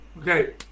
Okay